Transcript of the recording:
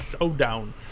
showdown